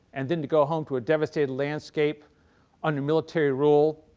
and then go home to a devastated landscape under military rule,